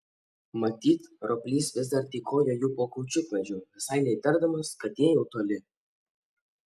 matyt roplys vis dar tykojo jų po kaučiukmedžiu visai neįtardamas kad jie jau toli